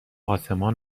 آسمان